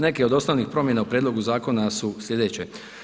Neke od osnovnih promjena u prijedlogu zakona su slijedeće.